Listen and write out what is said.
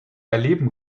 erleben